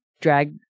drag